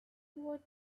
what